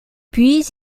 puis